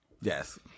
yes